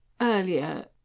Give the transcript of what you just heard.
earlier